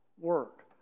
work